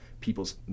people's